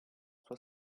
sua